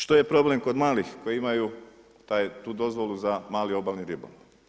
Što je problem kod malih koji imaju tu dozvolu za mali obalni ribolov?